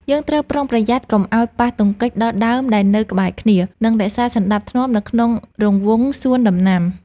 យើងត្រូវប្រុងប្រយ័ត្នកុំឱ្យប៉ះទង្គិចដល់ដើមដែលនៅក្បែរគ្នា និងរក្សាសណ្តាប់ធ្នាប់នៅក្នុងរង្វង់សួនដំណាំ។